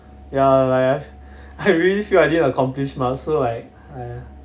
ya like I really feel I didn't accomplish much so like !haiya!